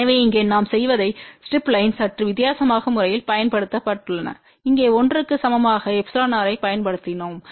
எனவே இங்கே நாம் செய்தவை ஸ்ட்ரிப் லைன் சற்று வித்தியாசமான முறையில் பயன்படுத்தப்பட்டுள்ளன இங்கே 1 க்கு சமமாகεrஐப் பயன்படுத்தினோம்